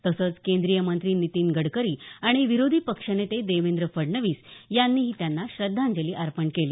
तसंच केंद्रीय मंत्री नितीन गडकरी आणि विरोधी पक्षनेते देवेंद्र फडणवीस यांनीही त्यांना श्रद्धांजली अर्पण केली